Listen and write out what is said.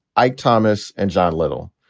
ike thomas and john little.